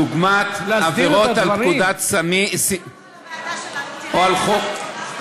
דוגמת עבירות על פקודת סמים או על חוק,